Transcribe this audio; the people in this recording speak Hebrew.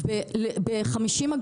ב-50,